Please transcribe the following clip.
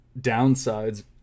downsides